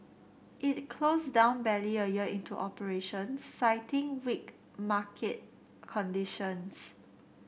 it closed down barely a year into operations citing weak market conditions